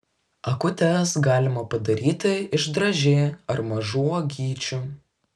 akutes galima padaryti iš dražė ar mažų uogyčių